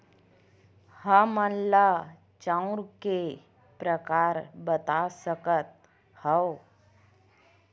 हमन ला चांउर के प्रकार बता सकत हव?